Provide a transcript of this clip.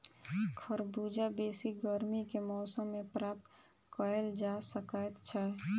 खरबूजा बेसी गर्मी के मौसम मे प्राप्त कयल जा सकैत छै